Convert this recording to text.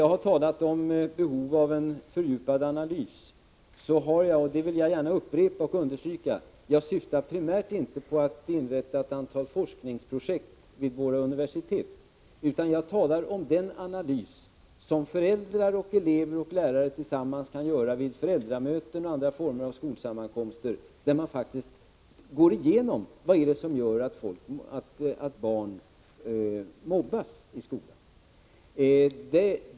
När jag talar om behovet av en fördjupad analys syftar jag — det vill jag gärna upprepa och understryka — inte primärt på att inrätta ett antal forskningsprojekt vid våra universitet, utan jag talar om den analys som föräldrar, elever och lärare tillsammans kan göra vid föräldramöten och andra skolsammankomster, där man faktiskt går igenom och diskuterar vad det är som gör att barn mobbas i skolan.